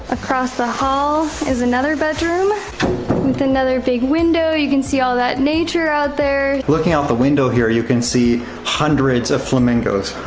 across the hall is another bedroom with another big window you can see all that nature out there. looking out the window here you can see hundreds of flamingos.